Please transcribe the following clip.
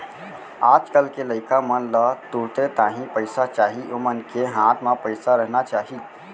आज कल के लइका मन ला तुरते ताही पइसा चाही ओमन के हाथ म पइसा रहना चाही